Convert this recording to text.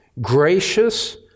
gracious